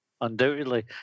Undoubtedly